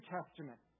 Testament